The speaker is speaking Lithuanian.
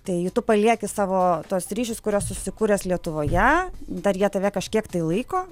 tai tu palieki savo tuos ryšius kuriuos susikūręs lietuvoje dar jie tave kažkiek laiko